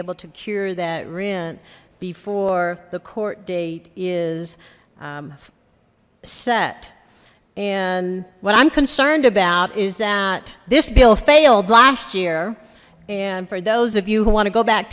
able to cure that rent before the court date is set and what i'm concerned about is that this bill failed last year and for those of you who want to go back